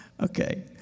Okay